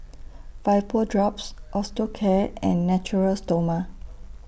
Vapodrops Osteocare and Natura Stoma